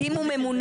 אם הוא ממונה,